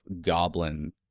goblin